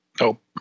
Nope